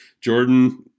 Jordan